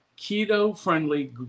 keto-friendly